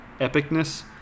epicness